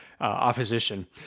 opposition